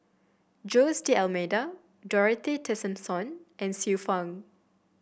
Jose D'Almeida Dorothy Tessensohn and Xiu Fang